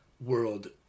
world